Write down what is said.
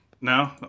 No